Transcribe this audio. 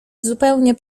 zupełnie